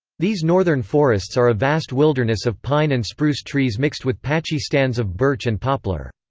these northern forests are a vast wilderness of pine and spruce trees mixed with patchy stands of birch and poplar.